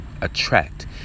attract